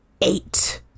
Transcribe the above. eight